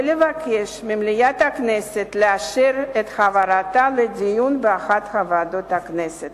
ולבקש ממליאת הכנסת לאשר את העברתה לדיון באחת מוועדות הכנסת.